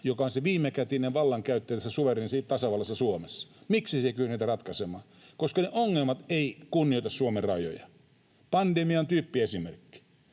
joka on se viimekätinen vallankäyttäjä tässä suvereenissa tasavallassa, Suomessa. Miksi se ei kykene näitä ratkaisemaan? Koska ne ongelmat eivät kunnioita Suomen rajoja. Pandemia on tyyppiesimerkki.